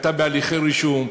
ואתה בהליכי רישום,